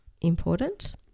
important